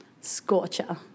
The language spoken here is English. Scorcher